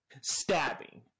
Stabbing